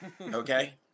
Okay